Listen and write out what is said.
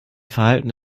verhalten